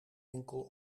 enkel